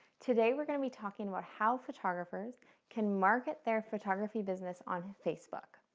today we're going to be talking about how photographers can market their photography business on facebook.